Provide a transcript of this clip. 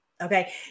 okay